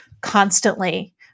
constantly